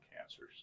cancers